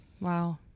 Wow